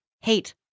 hate